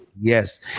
yes